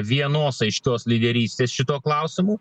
vienos aiškios lyderystės šituo klausimu